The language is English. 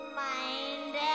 mind